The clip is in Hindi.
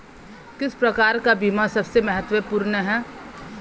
किस प्रकार का बीमा सबसे महत्वपूर्ण है?